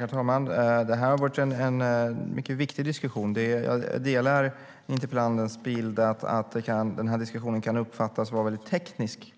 Herr talman! Det har varit en mycket viktig diskussion. Jag delar interpellantens bild att den här diskussionen kan uppfattas vara väldigt teknisk.